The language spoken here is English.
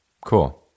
cool